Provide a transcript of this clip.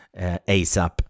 asap